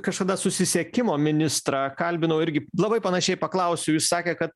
kažkada susisiekimo ministrą kalbinau irgi labai panašiai paklausiau jis sakė kad